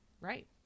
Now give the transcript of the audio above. Right